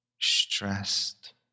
stressed